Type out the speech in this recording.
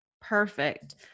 Perfect